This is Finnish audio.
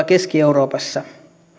keski euroopassa